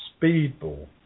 Speedball